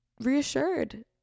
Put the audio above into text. reassured